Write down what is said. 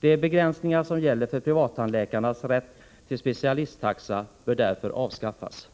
De begränsningar som gäller för privattandläkares rätt till specialisttaxa bör därför avskaffas.